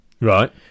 Right